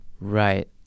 Right